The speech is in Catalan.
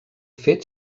fet